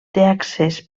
accés